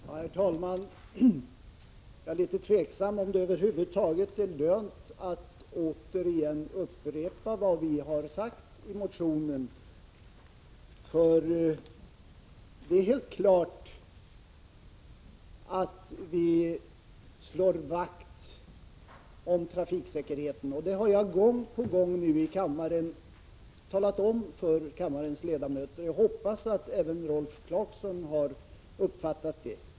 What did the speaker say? Herr talman! Jag är litet osäker på om det över huvud taget är lönt att återigen upprepa vad vi har sagt i motionen, för det är helt klart att vi slår vakt om trafiksäkerheten. Det har jag gång på gång nu i kammaren talat om för kammarens ledamöter. Jag hoppas att även Rolf Clarkson har uppfattat det.